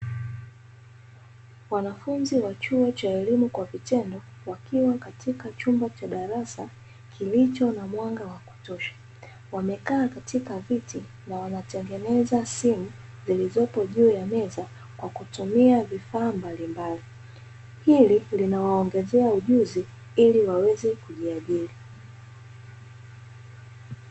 Wanafunzi wa chuo cha elimu kwa vitendo wakiwa katika chumba cha darasa kilicho na mwanga wa kutosha, wamekaa katika viti na wanatengeneza simu zilizopo juu ya meza kwa kutumia vifaa mbalimbali linawaongezea ujuzi ili waweze kujiajili.